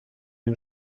این